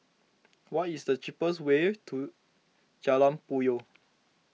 what is the cheapest way to Jalan Puyoh